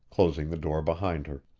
closing the door behind her.